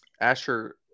Asher